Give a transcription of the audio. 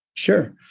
Sure